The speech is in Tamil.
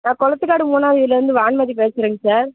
நான் குளத்துக்காடு மூணாவது வீட்லே இருந்து வான்மதி பேசுறேங்க சார்